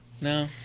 no